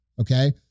Okay